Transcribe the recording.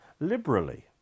liberally